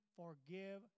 forgive